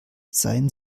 seien